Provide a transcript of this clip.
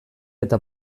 eta